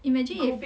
imagine if